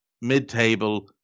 mid-table